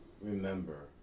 Remember